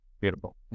Beautiful